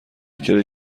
کرایه